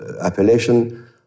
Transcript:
appellation